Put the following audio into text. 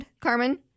Carmen